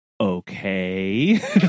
okay